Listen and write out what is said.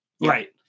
Right